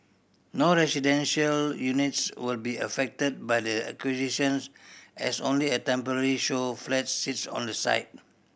no residential units will be affected by the acquisitions as only a temporary show flats sits on the site